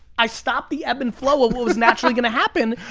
i stopped the ebb and flow of what was naturally gonna happen.